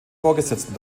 vorgesetzten